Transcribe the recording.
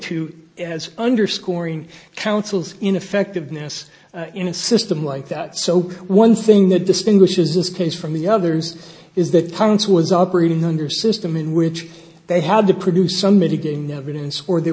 to as underscoring counsels ineffectiveness in a system like that so one thing that distinguishes this case from the others is that punk's was operating under system in which they had to produce some mitigating evidence or they